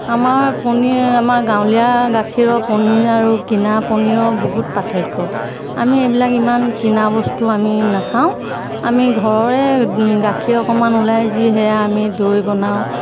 আমাৰ পনীৰ আমাৰ গাঁৱলীয়া গাখীৰৰ পনীৰ আৰু কিনা পনীৰ বহুত পাৰ্থক্য আমি এইবিলাক ইমান কিনা বস্তু আমি নাখাওঁ আমি ঘৰৰে গাখীৰ অকণমান ওলাই যি সেয়া আমি দৈ বনাওঁ